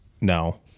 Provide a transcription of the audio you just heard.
No